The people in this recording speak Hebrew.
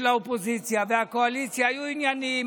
האופוזיציה והקואליציה היו ענייניים,